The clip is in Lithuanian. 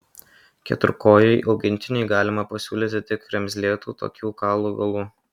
keturkojui augintiniui galima pasiūlyti tik kremzlėtų tokių kaulų galų